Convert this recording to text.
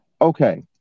Okay